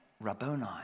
Rabboni